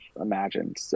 imagined